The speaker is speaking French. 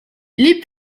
les